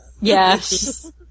Yes